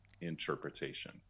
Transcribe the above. interpretation